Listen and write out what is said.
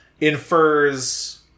infers